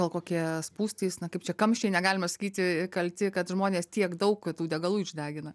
gal kokie spūstys na kaip čia kamščiai negalima sakyti kalti kad žmonės tiek daug tų degalų išdegina